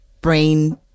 brain